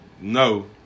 No